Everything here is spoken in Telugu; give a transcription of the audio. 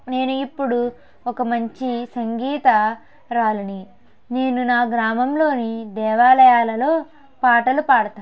నేను ఇప్పుడు ఒక మంచి సంగీత రాలుని నేను నా గ్రామంలోని దేవాలయాలలో పాటలు పాడుతాను